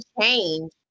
change